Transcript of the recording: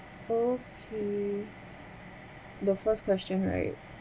okay the first question right